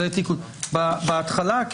בהתחלה,